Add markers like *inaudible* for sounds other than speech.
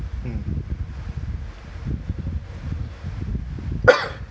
mm *coughs*